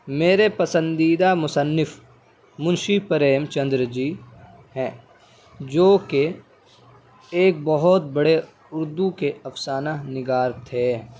میرے پسندیدہ مصنف منشی پریم چندر جی ہیں جو کہ ایک بہت بڑے اردو کے افسانہ نگار تھے